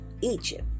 Egypt